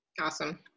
Awesome